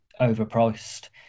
overpriced